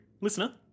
listener